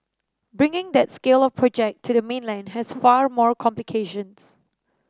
bringing that scale of project to the mainland has far more complications